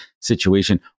situation